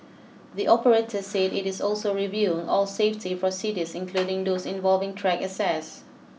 the operator said it is also reviewing all safety procedures including those involving track access